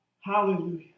Hallelujah